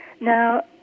Now